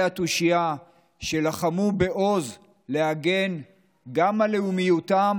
התושייה שלחמו בעוז להגן גם על לאומיותם,